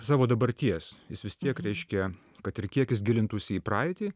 savo dabarties jis vis tiek reiškia kad ir kiek jis gilintųsi į praeitį